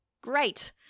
great